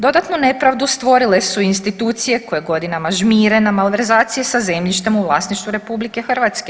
Dodatnu nepravdu stvorile su institucije koje godinama žmire na malverzacije sa zemljištem u vlasništvu RH.